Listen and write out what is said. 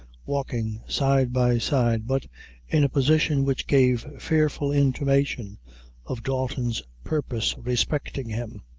walking side by side, but in a position which gave fearful intimation of dalton's purpose respecting him.